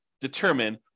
determine